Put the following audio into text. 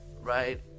right